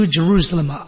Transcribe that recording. Jerusalem